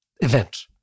event